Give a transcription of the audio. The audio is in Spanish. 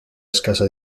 escasa